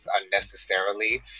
unnecessarily